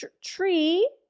tree